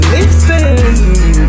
Listen